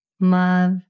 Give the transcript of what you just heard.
love